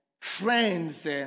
friends